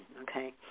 okay